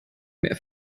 mehr